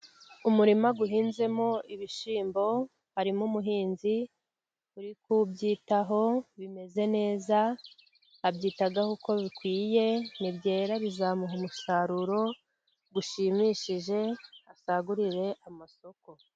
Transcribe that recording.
Umurima uhinzemo ibishyimbo. Harimo umuhinzi uri kubyitaho, bimeze neza abyitaho uko bikwiye, nibyera bizamuha umusaruro ushimishije asagurire amasoko.